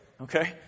Okay